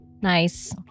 nice